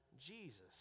Jesus